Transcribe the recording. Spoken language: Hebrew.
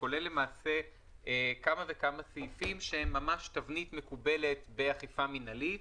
הוא כולל כמה וכמה סעיפים שהם ממש תבנית מקובלת באכיפה מינהלית.